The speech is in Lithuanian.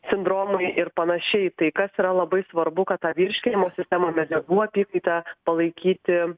sindromai ir panašiai tai kas yra labai svarbu kad tą virškinimo sistemą medžiagų apykaitą palaikyti